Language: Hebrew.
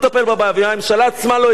ואם הממשלה עצמה לא הצליחה,